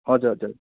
हजुर हजुर